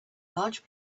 large